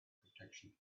protection